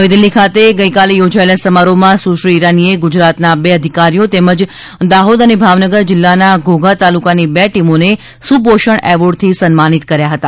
નવી દિલ્હી ખાતે ગઇકાલે યોજાયેલા સમારોહમાં સુશ્રી ઇરાનીએ ગુજરાતના બે અધિકારીઓ તેમજ દાહોદ અને ભાવનગર જિલ્લાના ધોધા તાલુકાની બે ટીમોને સુપોષણ એવોર્ડથી સન્માનિત કર્યા હતા